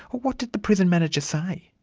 what did the prison manager say?